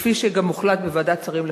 כפי שגם הוחלט בוועדת שרים לחקיקה,